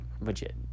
legit